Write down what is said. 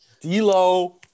D-Lo